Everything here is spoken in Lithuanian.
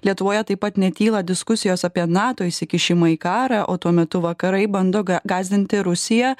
lietuvoje taip pat netyla diskusijos apie nato įsikišimą į karą o tuo metu vakarai bando ga gąsdinti rusiją